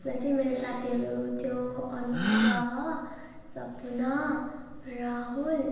जहाँ चाहिँ मेरो साथीहरू थियो अनुग्रह सपना राहुल